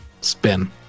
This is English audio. spin